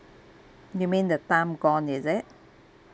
you mean the time gone is it